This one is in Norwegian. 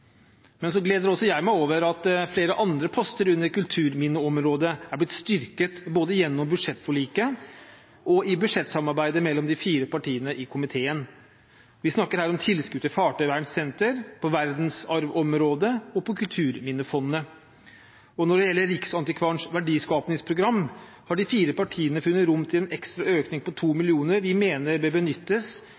Så gleder også jeg meg over at flere andre poster under kulturminneområdet er blitt styrket både gjennom budsjettforliket og i budsjettsamarbeidet mellom de fire partiene i komiteen. Vi snakker her om tilskudd til fartøyvernsenter, verdensarvområdet og Kulturminnefondet. Når det gjelder Riksantikvarens verdiskapingsprogram, har de fire partiene funnet rom for en ekstra økning på 2 mill. kr, som vi mener bør benyttes